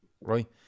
Right